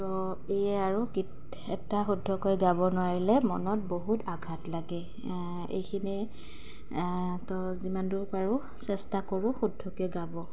তো এয়াই আৰু গীত এটা শুদ্ধকৈ গাব নোৱাৰিলে মনত বহুত আঘাত লাগে এইখিনিয়ে তো যিমান দূৰ পাৰোঁ চেষ্টা কৰোঁ শুদ্ধকৈ গাব